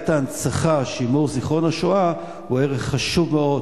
סוגיית ההנצחה ושימור זיכרון השואה היא ערך חשוב מאוד.